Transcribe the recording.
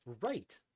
Right